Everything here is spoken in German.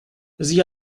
sie